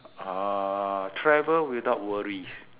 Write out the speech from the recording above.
uh travel without worries